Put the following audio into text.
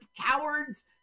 cowards